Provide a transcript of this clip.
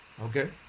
Okay